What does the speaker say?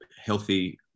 healthy